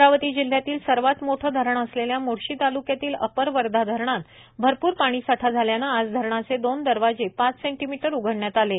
अमरावती जिल्ह्यातील सर्वात मोठे धरण असलेल्या मोर्शी तालुक्यातील अपर वर्धा धरणात भरपूर पाणीसाठा झाल्याने आज धरणाचे दोन दरवाजे पाच सेंटीमीटर उघडण्यात आले आहे